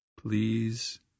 Please